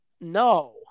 No